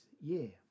year